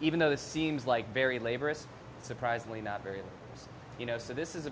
even though this seems like very laborous surprisingly not very you know so this is